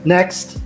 Next